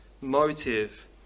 motive